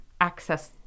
access